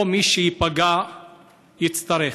ומי שייפגע יצטרך.